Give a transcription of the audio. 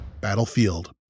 Battlefield